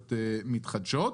אנרגיות מתחדשות.